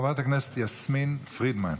חברת הכנסת יסמין פרידמן.